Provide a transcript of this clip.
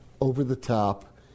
over-the-top